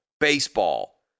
baseball